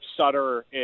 Sutter